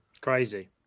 Crazy